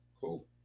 cool